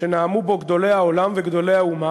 שנאמו בו גדולי העולם וגדולי האומה,